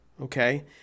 okay